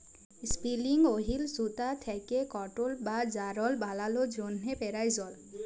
ইসপিলিং ওহিল সুতা থ্যাকে কটল বা যারল বালালোর জ্যনহে পেরায়জল